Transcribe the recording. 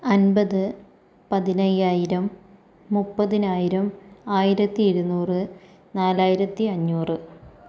അൻപത് പതിനയ്യായിരം മുപ്പതിനായിരം ആയിരത്തി ഇരുന്നൂറ് നാലായിരത്തി അഞ്ഞൂറ്